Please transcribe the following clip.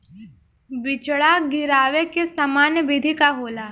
बिचड़ा गिरावे के सामान्य विधि का होला?